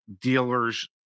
dealers